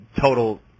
total